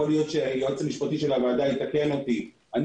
יכול להיות שהיועץ המשפטי של הוועדה יתקן אותי - אני